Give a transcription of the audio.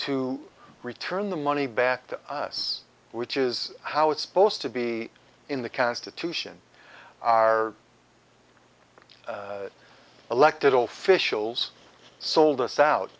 to return the money back to us which is how it's supposed to be in the constitution are elected officials sold us out